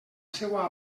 seua